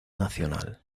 nacional